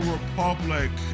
Republic